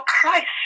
Christ